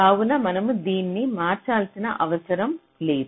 కావున మనము దీన్ని మార్చాల్సిన అవసరం లేదు